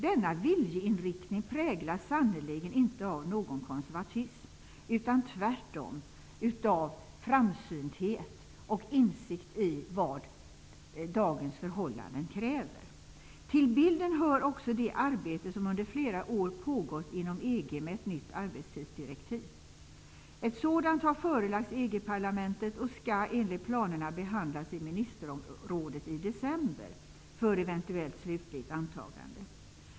Denna viljeinriktning präglas sannerligen inte av någon konservatism utan tvärtom av framsynthet och insikt i vad dagens förhållanden kräver. Till bilden hör också det arbete som under flera år pågått inom EG för att skapa ett nytt arbetstidsdirektiv. Ett sådant har förelagts EG parlamentet och skall enligt planerna behandlas i ministerrådet i december för eventuellt slutligt antagande.